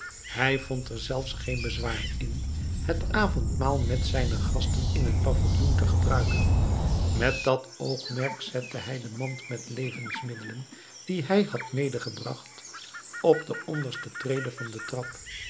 hij vond er zelfs geen bezwaar in het avondmaal met zijne gasten in het pavilloen te gebruiken met dat oogmerk zette hij de mand met levensmiddelen die hij had medegebragt op de onderste trede van den trap